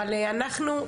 אבל אנחנו,